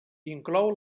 inclou